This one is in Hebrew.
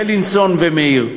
בילינסון ומאיר.